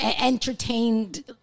entertained